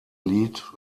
lied